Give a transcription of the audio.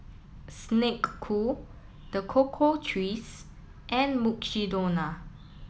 Snek Ku The Cocoa Trees and Mukshidonna